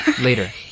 later